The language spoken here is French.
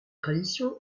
tradition